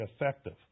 effective